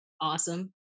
awesome